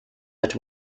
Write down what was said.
but